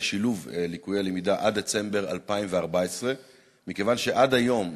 לשילוב לקויי למידה עד דצמבר 2014. מכיוון שעד היום,